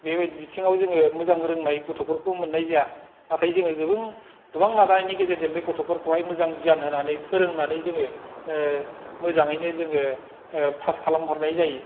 बेबादि बिथिङाव जोङो मोजां रोंनाय गथ'फोरखौ मोननाय जाया नाथाय जोङो गोबां नाजानायनि गेजेरजों बे गथ'फोरखौहाय मोजां गियान होनानै फोरोंनानै जोंङो मोजाङै नो जोंङो पास खालामहरनाय जायो